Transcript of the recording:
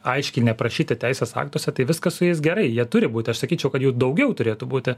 aiškiai neprašyti teisės aktuose tai viskas su jais gerai jie turi būti aš sakyčiau kad jų daugiau turėtų būti